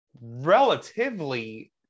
relatively